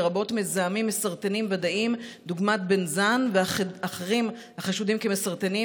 לרבות מזהמים מסרטנים ודאיים דוגמת בנזן ואחרים החשודים כמסרטנים,